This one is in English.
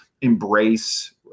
embrace